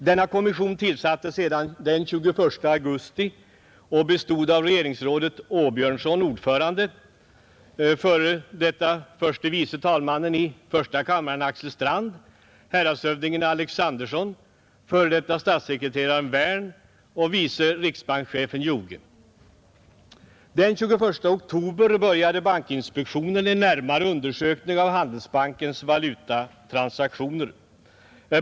Denna kommission tillsattes sedan den 21 augusti och bestod av regeringsrådet Åbjörnsson, ordförande, f.d. förste vice talmannen i första kammaren Axel Strand, häradshövdingen Alexanderson, f.d. statssekreteraren Wärn och vice riksbankschefen Joge. Den 21 oktober började bankinspektionen en närmare undersökning av Handelsbankens valutatransaktioner.